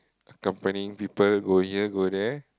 accompanying people go here go there